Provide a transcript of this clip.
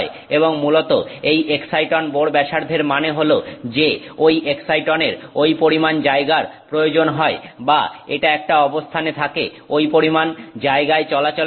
এবং মূলত এই এক্সাইটন বোর ব্যাসার্ধের মানে হল যে ঐ এক্সাইটনের ঐ পরিমাণ জায়গার প্রয়োজন হয় বা এটা একটা অবস্থানে থাকে ঐ পরিমাণ জায়গায় চলাচলের জন্য